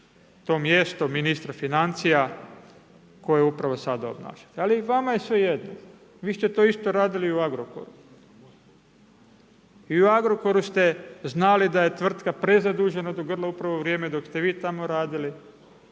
to mjesto ministra financija koju upravo sada obnašate ali vama je svejedno. Vi ste to isto radili i u Agrokoru. I u Agrokoru ste znali da je tvrtka prezadužena do grla upravo u vrijeme dok ste vi tamo radili